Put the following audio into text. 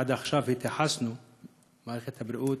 עד עכשיו התייחסנו למקרי האלימות, במערכת הבריאות,